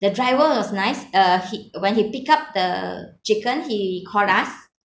the driver was nice uh he when he pick up the chicken he called us